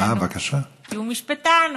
כי הוא משפטן,